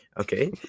okay